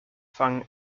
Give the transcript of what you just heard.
fangen